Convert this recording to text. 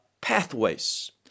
pathways